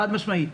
חד-משמעית.